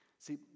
See